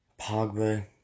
Pogba